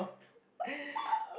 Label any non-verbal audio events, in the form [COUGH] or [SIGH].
[NOISE]